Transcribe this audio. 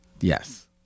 Yes